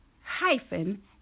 Hyphen